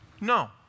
No